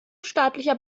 staatlicher